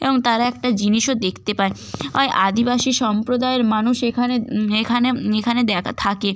এবং তারা একটা জিনিসও দেখতে পায় এই আদিবাসী সম্প্রদায়ের মানুষ এখানে এখানে এখানে থাকে